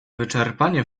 wyczerpanie